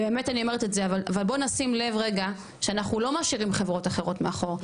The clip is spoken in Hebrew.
אבל בוא נשים לב רגע שאנחנו לא משאירים חברות אחרות מאחור,